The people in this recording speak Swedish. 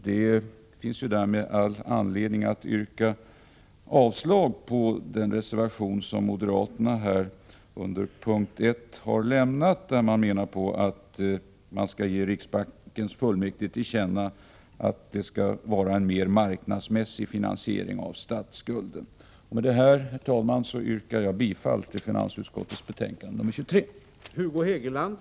Det finns därmed all anledning att yrka avslag på den reservation som moderaterna avgivit under punkt 1, där man yrkar att riksdagen skall ge riksbankens fullmäktige till känna att statsskulden skall finansieras på ett mer marknadsmässigt sätt. Med det här, herr talman, yrkar jag bifall till finansutskottets hemställan i betänkande nr 23.